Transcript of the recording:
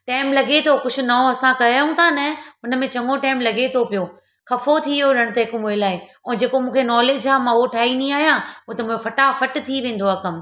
time लॻे थो कुझु नओं असां कयूं था न उनमें चङो टाइम लॻे थो पियो ख़फ़ो थियो ॼणु त हिकु मुए लाइ ऐं जेको मूंखे नॉलेज मां उहो ठाहींदी आहियां उहो त मुंहिंजो फटाफट थी वेंदो आहे कमु